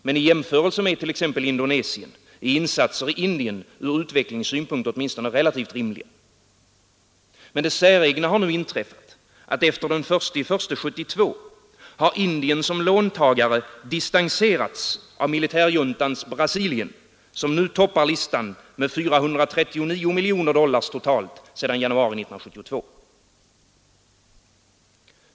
Men i jämförelse med t.ex. Indonesien är insatser i Indien från utvecklingssynpunkt åtminstone relativt rimliga. Det säregna har emellertid inträffat att efter I januari 1972 har Indien som långivare distanserats av militärjuntans Brasilien, som nu toppar listan, med 439 miljoner dollar totalt sedan januari 1972.